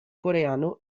coreano